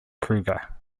kruger